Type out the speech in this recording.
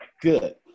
Good